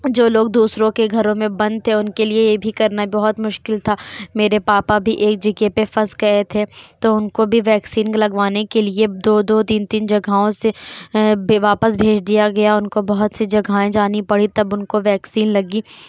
جو لوگ دوسروں کے گھروں میں بند تھے ان کے لیے یہ بھی کرنا بہت مشکل تھا میرے پاپا بھی ایک جگہ پہ پھنس گئے تھے تو ان کو بھی ویکسین لگوانے کے لیے دو دو تین تین جگہوں سے واپس بھیج دیا گیا ان کو بہت سی جگہیں جانی پڑی تب ان کو ویکسین لگی